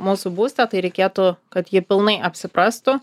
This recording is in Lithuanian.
mūsų būste tai reikėtų kad jie pilnai apsiprastų